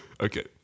Okay